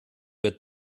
wird